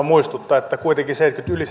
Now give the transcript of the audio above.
muistuttaa että toimettomana olo kuitenkin yli